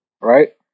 right